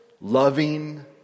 loving